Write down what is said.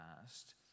past